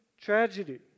tragedy